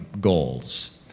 goals